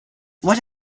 what